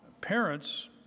Parents